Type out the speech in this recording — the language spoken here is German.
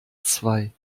zwei